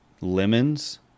lemons